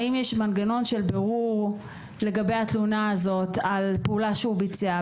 האם יש מנגנון של בירור לגבי התלונה הזאת על פעולה שהוא ביצע?